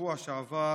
בשבוע שעבר